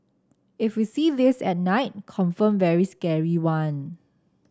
if we see this at night confirm very scary one